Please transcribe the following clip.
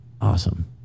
awesome